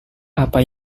apa